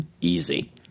Easy